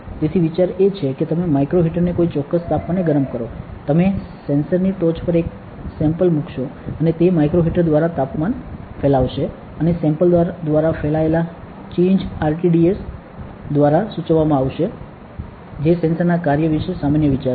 તેથી વિચાર એ છે કે તમે માઇક્રો હીટરને કોઈ ચોક્કસ તાપમાને ગરમ કરો તમે સેન્સરની ટોચ પર એક સેમ્પલ મૂકશો અને તે માઇક્રો હીટર દ્વારા તાપમાન ફેલાવશે અને સેમ્પલ દ્વારા ફેલાયેલા ચેંજ RTDS દ્વારા સૂચવવામાં આવશે જે સેન્સરના કાર્ય વિશે સામાન્ય વિચાર છે